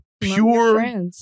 pure